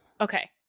okay